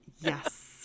Yes